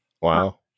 Wow